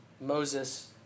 Moses